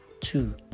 two